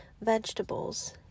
vegetables